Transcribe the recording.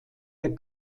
der